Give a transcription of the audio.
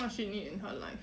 what she need in her life